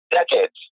decades